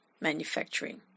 manufacturing